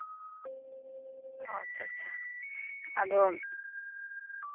ᱟᱪᱪᱷᱟ ᱟᱪᱪᱷᱟ ᱟᱫᱚ